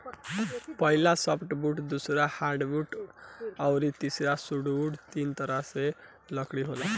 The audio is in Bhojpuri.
पहिला सॉफ्टवुड दूसरा हार्डवुड अउरी तीसरा सुडोवूड तीन तरह के लकड़ी होला